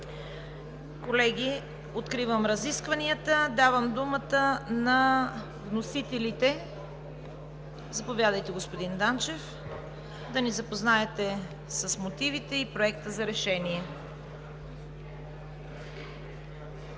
Колеги, откривам разискванията. Давам думата на вносителите. Заповядайте, господин Данчев, да ни запознаете с мотивите и Проекта за решение.